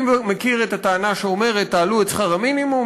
אני מכיר את הטענה שאומרת: תעלו את שכר המינימום,